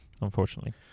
Unfortunately